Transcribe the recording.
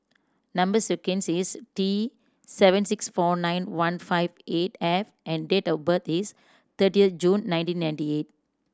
number sequence is T seven six four nine one five eight F and date of birth is thirtieth June nineteen ninety eight